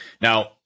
Now